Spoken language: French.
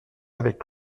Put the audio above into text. avec